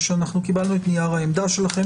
: אנחנו קיבלנו את נייר העמדה שלכם,